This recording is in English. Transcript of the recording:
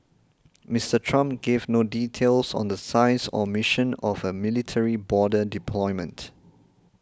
Mister Trump gave no details on the size or mission of a military border deployment